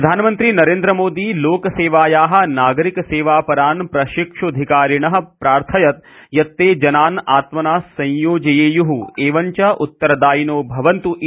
प्रधानमन्त्रीनरेन्द्रमोदीलोकसेवायाः नागरिकसेवापरान् प्रशिक्ष्धिकारिणः प्रार्थयत् यत् ते जनान् आत्मना यूज्येयूः एवश्व उत्तरदायिनो भवन्त् इति